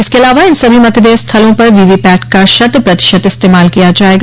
इसके अलावा इन सभी मतदेय स्थलों पर वीवीपैट का शत प्रतिशत इस्तेमाल किया जायेगा